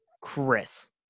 Chris